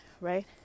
right